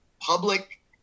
public